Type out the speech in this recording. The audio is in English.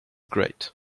great